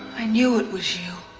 i knew it was you.